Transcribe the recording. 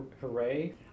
Hooray